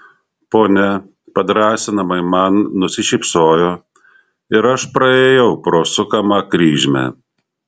ponia padrąsinamai man nusišypsojo ir aš praėjau pro sukamą kryžmę